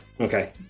okay